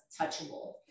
touchable